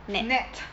nett